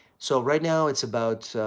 so right now, it's about,